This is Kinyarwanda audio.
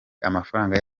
amafaranga